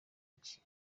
iki